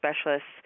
specialists